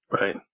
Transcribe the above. Right